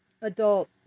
adult